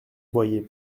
boyer